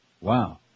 Wow